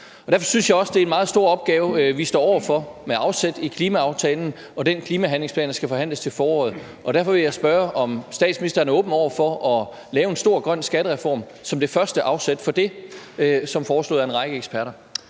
Derfor synes jeg også, det er en meget stor opgave, vi står over for, med afsæt i klimaaftalen og den klimahandlingsplan, der skal forhandles til foråret, og derfor vil jeg spørge, om statsministeren er åben over for at lave en stor grøn skattereform som det første afsæt for det, som foreslået af en række eksperter.